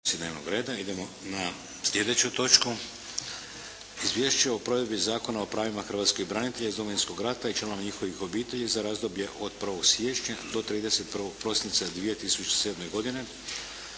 dame i gospodo. Čitajući izvješće o provedbi Zakona o pravima hrvatskih branitelja iz Domovinskog rata i članova njihovih obitelji za razdoblje od 1. siječnja do 31. prosinca 2007. godine